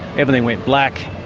everything went black.